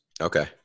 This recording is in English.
Okay